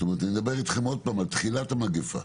אני מדבר עוד פעם על תחילת המגיפה.